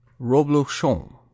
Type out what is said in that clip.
Roblochon